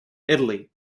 italy